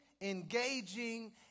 Engaging